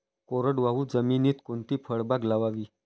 कोरडवाहू जमिनीत कोणती फळबाग लावावी?